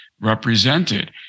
represented